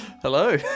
Hello